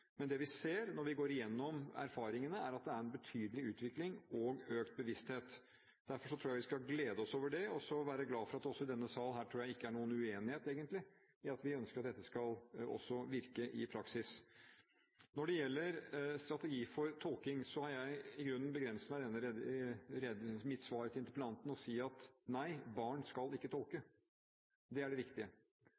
Men det vi ser når vi går igjennom erfaringene, er at det er en betydelig utvikling og en økt bevissthet. Derfor skal vi glede oss over det, og være glad for at det heller ikke i denne salen, tror jeg, er noen uenighet om at vi ønsker at dette også skal virke i praksis. Når det gjelder strategi for tolking, har jeg i grunnen begrenset meg i dette svaret til interpellanten til å si at nei, barn skal ikke tolke.